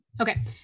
Okay